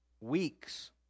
weeks